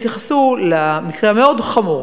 הם התייחסו למקרה החמור